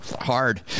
hard